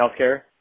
healthcare